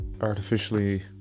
artificially